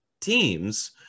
teams